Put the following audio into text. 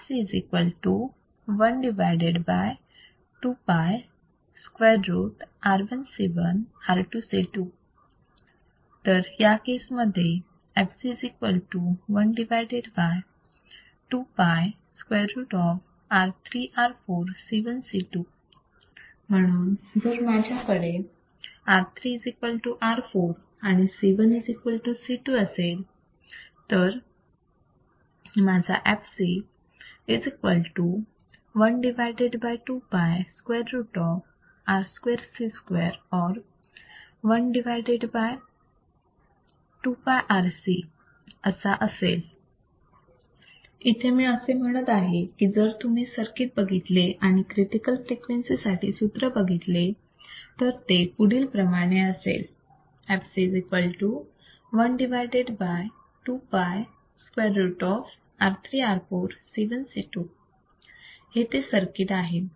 fc 12 π√ R1C1R2C2 तर या case मध्ये fc 1 2 π √R3R4C1C2 म्हणून जर माझ्याजवळ R3 R4 and C1 C2 असेल तर माझा fc 1 2 π √ R2C2 or fc 1 2 πRC इथे मी असे म्हणत आहे की जर तुम्ही हे सर्किट बघितले आणि क्रिटिकल फ्रिक्वेन्सी साठी सूत्र बघितले तर ते पुढील प्रमाणे असेल fc 1 2 π √R3R4C1C2 ते हे सर्किट आहे